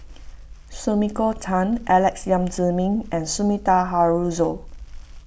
Sumiko Tan Alex Yam Ziming and Sumida Haruzo